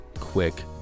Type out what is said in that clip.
quick